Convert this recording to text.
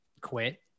quit